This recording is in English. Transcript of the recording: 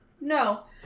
No